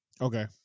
Okay